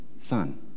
son